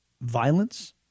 violence